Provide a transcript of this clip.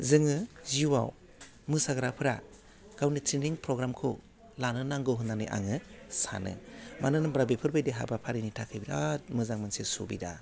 जोङो जिउआव मोसाग्राफोरा गावनि ट्रेइनिं फ्रग्रामखौ लानो नांगौ होननानै आङो सानो मानो होनब्ला बेफोरबायदि हाबाफारिनि थाखाय बिराथ मोजां मोनसे सुबिदा